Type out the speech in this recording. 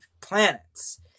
planets